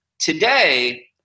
Today